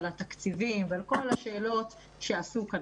התקציבים ועל כל השאלות שעלו כאן,